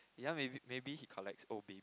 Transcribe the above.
ya maybe maybe he collects old baby